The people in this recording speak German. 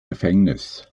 gefängnis